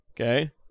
Okay